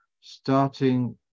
starting